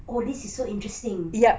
oh this is so interesting